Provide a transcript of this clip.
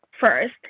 first